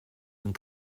and